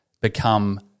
become